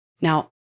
Now